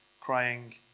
crying